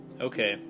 Okay